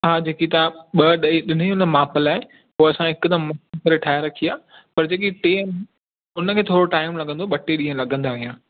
हा जेकी तव्हां ॿ ॾेई ॾिनियूं हुयूं न माप लाइ उहे असां हिकदमि मस्तु करे ठाहे रखी आहे पर जेकी टे आहिनि उन में थोरो टाईम लॻंदो ॿ टे ॾींहं लॻंदा अञा